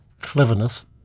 cleverness